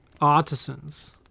Artisans